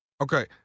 Okay